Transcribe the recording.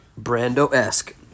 Brando-esque